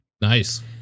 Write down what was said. nice